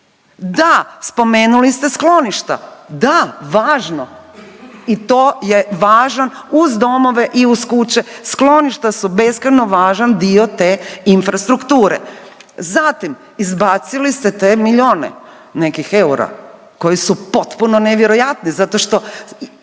Da, spomenuli ste skloništa, da važno! I to je važan uz domove i uz kuće, skloništa su beskrajno važan dio te infrastrukture. Zatim izbacili ste te milijune nekih eura koji su potpuno nevjerojatni zato što